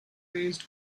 raised